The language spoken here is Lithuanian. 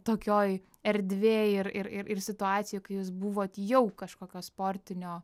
tokioj erdvėj ir ir ir situacijų kai jūs buvot jau kažkokio sportinio